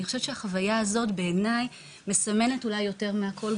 אני חושבת שהחוויה הזאת מסמנת אולי יותר מהכול,